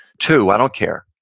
two, i don't care.